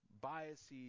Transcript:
biases